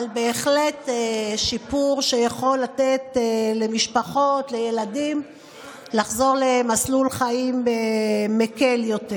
אבל בהחלט שיפור שיכול לתת למשפחות ולילדים לחזור למסלול חיים מקל יותר.